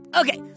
Okay